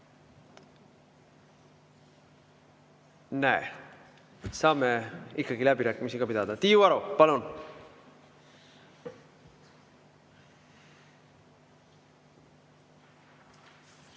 Näe, saame ikkagi läbirääkimisi ka pidada. Tiiu Aro, palun!